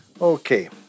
Okay